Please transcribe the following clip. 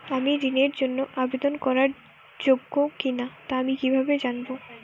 আমি ঋণের জন্য আবেদন করার যোগ্য কিনা তা আমি কীভাবে জানব?